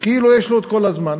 כאילו יש לו את כל הזמן.